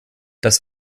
das